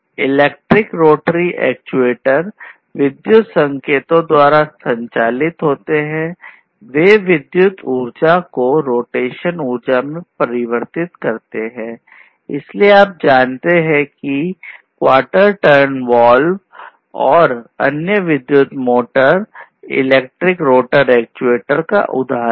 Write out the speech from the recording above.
electric rotary actuator और अन्य विद्युत मोटर इलेक्ट्रिक रोटर एक्चुएटर का उदाहरण हैं